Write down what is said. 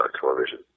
television